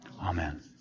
amen